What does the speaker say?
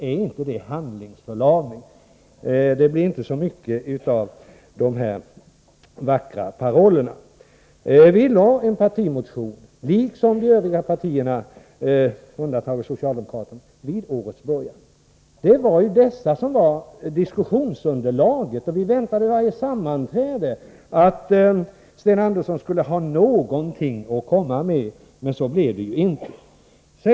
Är inte det handlingsförlamning, Sten Andersson? Det blev inte så mycket av de vackra parollerna. Vi lade fram en partimotion liksom de övriga partierna, med undantag av socialdemokraterna, vid årets början. Detta var diskussionsunderlaget. Vi väntade vid varje sammanträde att Sten Andersson skulle ha någonting att komma med. Men så blev det inte.